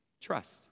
Trust